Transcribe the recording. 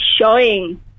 showing